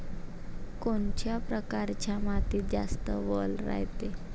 कोनच्या परकारच्या मातीत जास्त वल रायते?